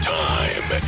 time